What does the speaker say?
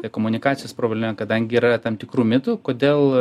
komunikacijos problema kadangi yra tam tikrų mitų kodėl